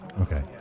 Okay